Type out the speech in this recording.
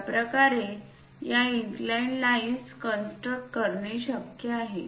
अशा प्रकारे या इनक्लाइंड लाईन्स कन्स्ट्रक्ट करणे शक्य आहे